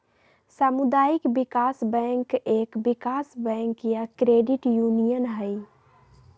सामुदायिक विकास बैंक एक विकास बैंक या क्रेडिट यूनियन हई